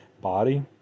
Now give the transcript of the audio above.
body